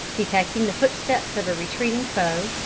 detect the footsteps of a retreating foe,